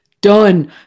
Done